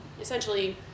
essentially